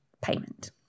payment